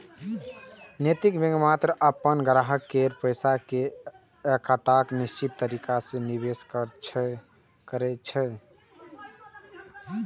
नैतिक बैंक मात्र अपन ग्राहक केर पैसा कें एकटा निश्चित तरीका सं निवेश करै छै